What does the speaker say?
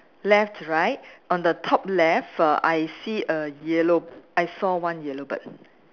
left right on the top left err I see a yellow I saw one yellow bird